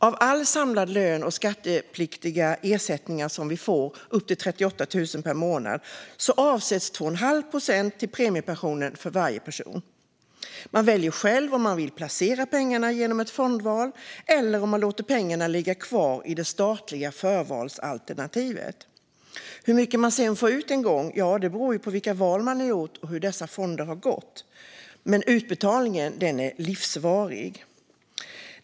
Av all samlad lön och skattepliktiga ersättningar som vi får upp till 38 000 kronor per månad avsätts 2 1⁄2 procent till premiepensionen. Man väljer själv om man vill placera pengarna genom ett fondval eller om man vill låta pengarna ligga kvar i det statliga förvalsalternativet. Hur mycket man sedan får ut beror på vilka val man har gjort och hur dessa fonder har gått. Men utbetalningen är livsvarig.